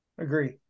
Agree